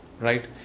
right